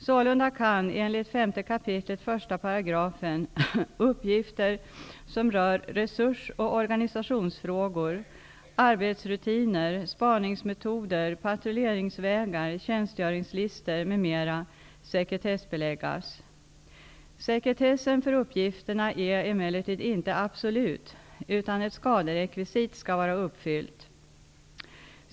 Sålunda kan, enligt 5 kap. 1 §, uppgifter som rör resurs och organisationsfrågor, arbetsrutiner, spaningsmetoder, patrulleringsvägar, tjänstgöringslistor m.m. sekretessbeläggas. Sekretessen för uppgifterna är emellertid inte absolut, utan ett skaderekvisit skall vara uppfyllt.